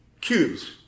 Cubes